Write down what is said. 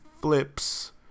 flips